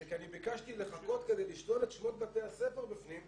זה כי אני ביקשתי לחכות כדי לשתול את שמות בתי הספר בפנים,